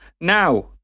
Now